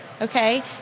Okay